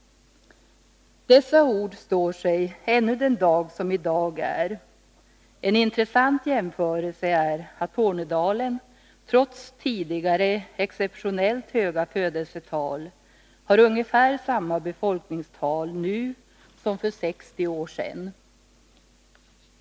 Dessa ord står sig ännu den dag som i dag är. En intressant jämförelse är att Tornedalen nu, trots tidigare exceptionellt höga födelsetal, har ungefär samma befolkningstal som för 60 år sedan.